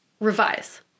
Revise